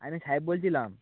আমি সাহেব বলছিলাম